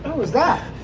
was that